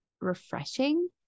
refreshing